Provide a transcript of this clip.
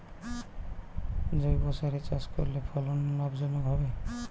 জৈবসারে চাষ করলে ফলন লাভজনক হবে?